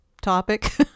topic